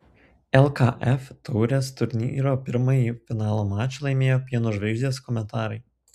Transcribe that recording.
lkf taurės turnyro pirmą finalo mačą laimėjo pieno žvaigždės komentarai